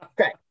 Okay